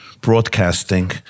broadcasting